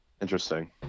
interesting